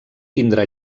tindrà